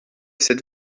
cette